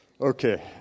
Okay